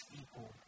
equal